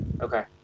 Okay